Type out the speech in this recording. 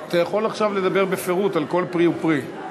אתה יכול עכשיו לדבר בפירוט על כל פרי ופרי.